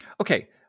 okay